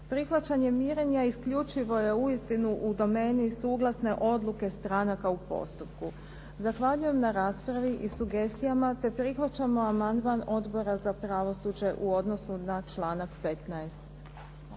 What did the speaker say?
Prihvaćanje mirenja isključivo je uistinu u domeni suglasne odluke stranaka u postupku. Zahvaljujem na raspravi i sugestijama, te prihvaćamo amandman Odbora za pravosuđe u odnosu na članak 15.